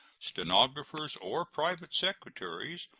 stenographers, or private secretaries,